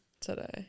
today